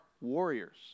warriors